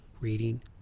reading